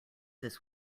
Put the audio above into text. this